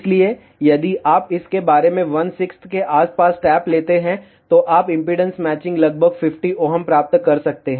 इसलिए यदि आप इसके बारे में वन सिक्स्थ के आसपास टैप लेते हैं तो आप इम्पीडेन्स मैचिंग लगभग 50 Ω प्राप्त कर सकते हैं